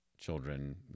children